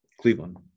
cleveland